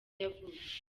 yavutse